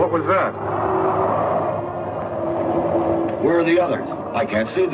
what was the were the other i can't see